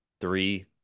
three